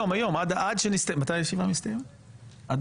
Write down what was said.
מכיוון שהיועצת המשפטית לוועדה ביקשה